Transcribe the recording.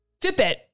Fitbit